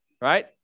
Right